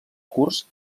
curs